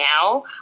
now